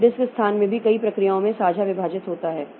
तो डिस्क स्थान भी कई प्रक्रियाओं में साझा विभाजित होता है